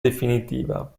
definitiva